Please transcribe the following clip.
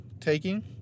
taking